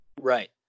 Right